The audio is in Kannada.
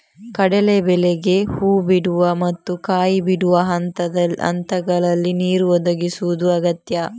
ಕಡಲೇ ಬೇಳೆಗೆ ಹೂ ಬಿಡುವ ಮತ್ತು ಕಾಯಿ ಬಿಡುವ ಹಂತಗಳಲ್ಲಿ ನೀರು ಒದಗಿಸುದು ಅಗತ್ಯ